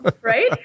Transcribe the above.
right